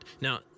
Now